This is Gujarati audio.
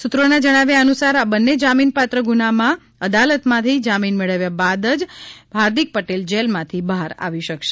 સૂત્રોના જણાવ્યા અનુસાર આ બંને જામીનપાત્ર ગુનામાં અદાલતમાંથી જામીન મેળવ્યા બાદ જ હાર્દિક પટેલ જેલમાંથી બહાર આવી શકશે